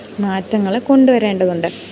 മാറ്റങ്ങൾ കൊണ്ടു വരേണ്ടതുണ്ട്